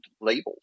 labels